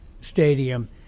stadium